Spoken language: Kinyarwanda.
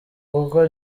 kuko